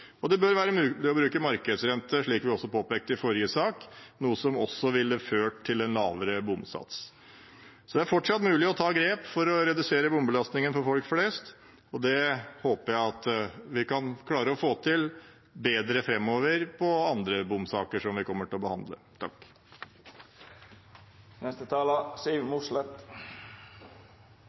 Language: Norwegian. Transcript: og det bør være mulig å bruke markedsrente, slik vi også påpekte i forrige sak, noe som også ville ha ført til en lavere bomsats. Så det er fortsatt mulig å ta grep for å redusere bompengebelastningen for folk flest, og det håper jeg at vi kan klare å få til bedre framover på andre bompengesaker som vi kommer til å behandle.